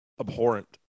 abhorrent